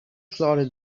slaughter